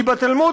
כי בתלמוד,